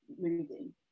moving